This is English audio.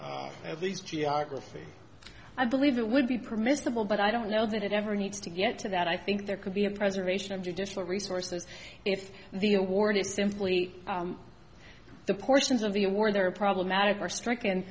these geography i believe it would be permissible but i don't know that it ever needs to get to that i think there could be a preservation of judicial resources if the award is simply the portions of the award there are problematic or strict and